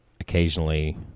occasionally